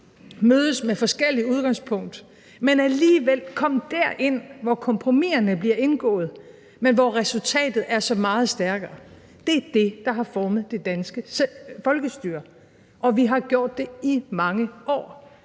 mødes med forskelligt udgangspunkt, men alligevel komme derind, hvor kompromiserne bliver indgået, men hvor resultatet er så meget stærkere, er det, der har formet det danske folkestyre, og vi har gjort det i mange år.